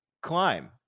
climb